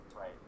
right